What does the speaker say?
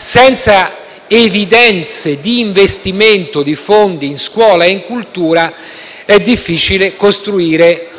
senza evidenze di investimento di fondi in scuola e cultura è difficile costruire un futuro